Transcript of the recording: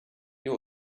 you